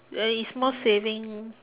ya is more saving